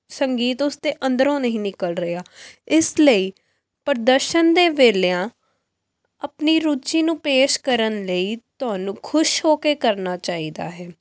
ਸੰਗੀਤ ਉਸਦੇ ਅੰਦਰੋਂ ਨਹੀਂ ਨਿਕਲ ਰਿਹਾ ਇਸ ਲਈ ਪ੍ਰਦਰਸ਼ਨ ਦੇ ਵੇਲਿਆਂ ਆਪਣੀ ਰੁਚੀ ਨੂੰ ਪੇਸ਼ ਕਰਨ ਲਈ ਤੁਹਾਨੂੰ ਖੁਸ਼ ਹੋ ਕੇ ਕਰਨਾ ਚਾਹੀਦਾ ਹੈ